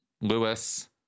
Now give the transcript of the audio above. Lewis